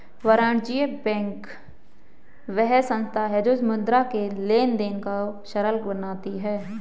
वाणिज्य बैंक वह संस्था है जो मुद्रा के लेंन देंन को सरल बनाती है